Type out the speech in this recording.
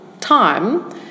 time